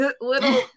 little